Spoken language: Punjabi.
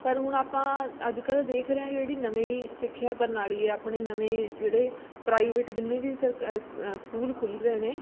ਪਰ ਹੁਣ ਆਪਾਂ ਅੱਜ ਕੱਲ੍ਹ ਦੇਖ ਰਹੇ ਹਾਂ ਜਿਹੜੀ ਨਵੀਂ ਸਿੱਖਿਆ ਪ੍ਰਣਾਲੀ ਆ ਆਪਣੇ ਨਵੇਂ ਜਿਹੜੇ ਪ੍ਰਾਈਵੇਟ ਜਿੰਨੇ ਵੀ ਸਰਕ ਸਕੂਲ ਖੁੱਲ੍ਹ ਰਹੇ ਨੇ